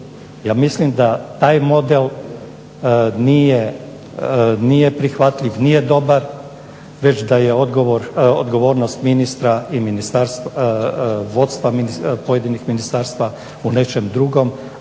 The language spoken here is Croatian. Ja mislim da taj model nije prihvatljiv, nije dobar već da je odgovornost ministra i vodstva pojedinih ministarstava u nečem drugom,